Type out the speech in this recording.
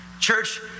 Church